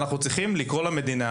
ואנחנו צריכים לקרוא למדינה,